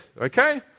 Okay